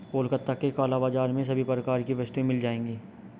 कोलकाता के काला बाजार में सभी प्रकार की वस्तुएं मिल जाएगी